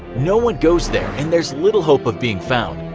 no one goes there and there's little hope of being found.